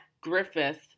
Griffith